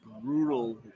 brutal